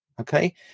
okay